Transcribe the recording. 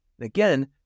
Again